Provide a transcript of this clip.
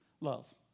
love